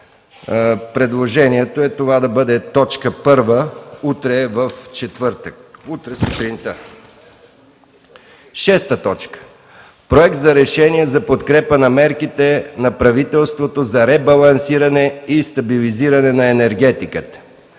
Предложението е това да бъде точка първа за утре сутринта, четвъртък. 6. Проект за Решение за подкрепа на мерките на правителството за ребалансиране и стабилизиране на енергетиката.